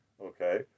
Okay